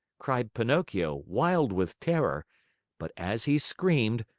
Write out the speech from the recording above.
cried pinocchio, wild with terror but as he screamed,